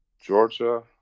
Georgia